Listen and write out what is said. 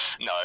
No